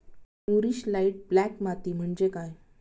मूरिश light black माती म्हणजे काय?